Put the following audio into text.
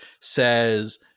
says